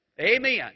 Amen